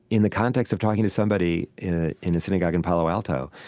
in the context of talking to somebody in ah in a synagogue in palo alto,